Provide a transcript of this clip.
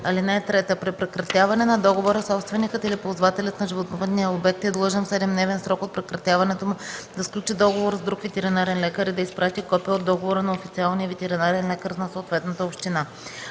община. (3) При прекратяване на договора собственикът или ползвателят на животновъдния обект е длъжен в 7-дневен срок от прекратяването му да сключи договор с друг ветеринарен лекар и да изпрати копие от договора на официалния ветеринарен лекар на съответната община.